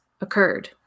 occurred